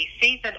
season